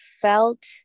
felt